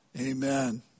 Amen